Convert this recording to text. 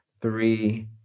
three